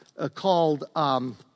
called